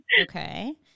Okay